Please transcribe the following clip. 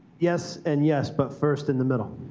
yes and yes, but first in the middle,